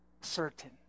certain